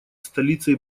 столицей